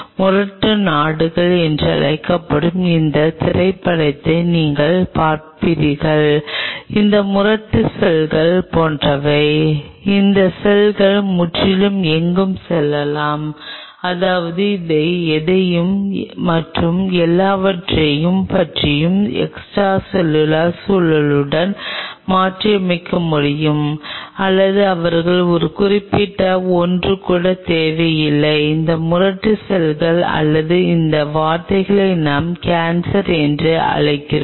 முரட்டு நாடுகள் என்று அழைக்கப்படும் இந்த திரைப்படத்தை நீங்கள் பார்த்திருக்கிறீர்கள் அந்த முரட்டு செல்கள் போன்றவை இந்த செல்கள் முற்றிலும் எங்கும் செல்லலாம் அதாவது அவை எதையும் மற்றும் எல்லாவற்றையும் பற்றிய எக்ஸ்ட்ரா செல்லுலார் சூழலுடன் மாற்றியமைக்க முடியும் அல்லது அவர்களுக்கு ஒரு குறிப்பிட்ட ஒன்று கூட தேவையில்லை இந்த முரட்டு செல்கள் அல்லது இந்த வார்த்தையை நாம் கேன்சர் என்று அழைக்கிறோம்